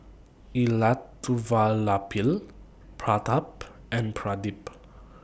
Elattuvalapil Pratap and Pradip